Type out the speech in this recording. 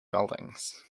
buildings